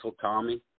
tommy